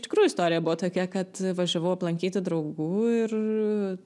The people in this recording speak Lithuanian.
tikrųjų istorija buvo tokia kad važiavau aplankyti draugų ir